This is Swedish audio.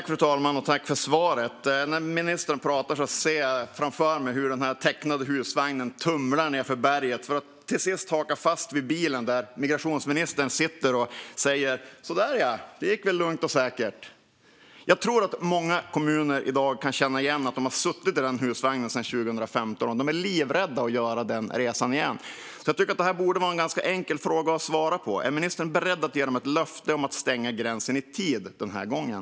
Fru talman! Jag tackar för svaret, ministern! När ministern talar ser jag framför mig hur den tecknade husvagnen tumlar nedför berget för att till sist haka fast vid bilen där migrationsministern sitter och säger: Så där ja, det gick väl lugnt och säkert! Jag tror att många kommuner i dag kan känna igen att de har suttit i denna husvagn sedan 2015, och de är livrädda att göra samma resa igen. Jag tycker att det borde vara ganska enkelt att svara på denna fråga: Är ministern beredd att ge dem löftet att stänga gränsen i tid den här gången?